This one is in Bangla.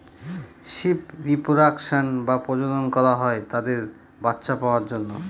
শিপ রিপ্রোডাক্সন বা প্রজনন করা হয় তাদের বাচ্চা পাওয়ার জন্য